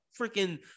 freaking